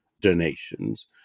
donations